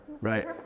right